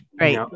Right